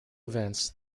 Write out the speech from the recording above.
events